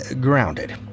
grounded